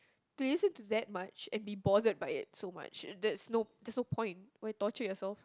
do you listen to that much and be bothered by it so much and that's no that's no point why torture yourself